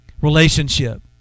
relationship